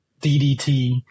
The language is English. DDT